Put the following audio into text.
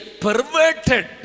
perverted